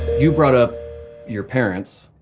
you brought up your parents,